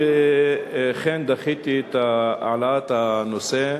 נעתרתי ואכן דחיתי את העלאת הנושא,